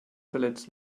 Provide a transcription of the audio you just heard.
verletzen